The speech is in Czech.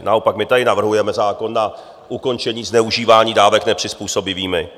Naopak my tady navrhujeme zákon na ukončení zneužívání dávek nepřizpůsobivými.